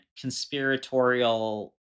conspiratorial